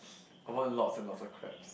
I want lots and lots of crabs